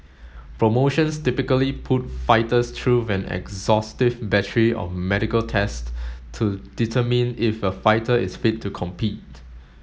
promotions typically put fighters through an exhaustive battery of medical tests to determine if a fighter is fit to compete